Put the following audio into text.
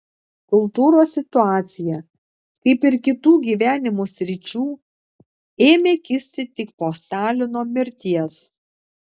kultūros situacija kaip ir kitų gyvenimo sričių ėmė kisti tik po stalino mirties